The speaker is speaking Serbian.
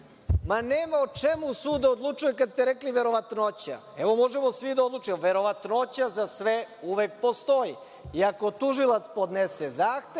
ma nema o čemu sud da odlučuje kad ste rekli – verovatnoća. Evo, možemo svi da odlučimo. Verovatnoća za sve uvek postoji. Ako tužilac podnese zahtev,